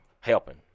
helping